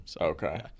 Okay